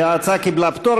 נתקבלה.